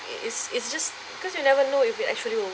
is is just because you never know if you actually will